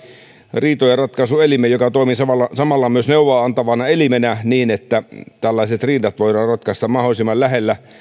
riitojenratkaisuelimen joka toimii samalla samalla myös neuvoa antavana elimenä niin että tällaiset riidat voidaan ratkaista mahdollisimman lähellä